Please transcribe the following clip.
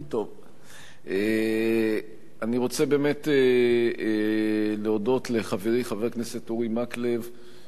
אני רוצה באמת להודות לחברי חבר הכנסת אורי מקלב,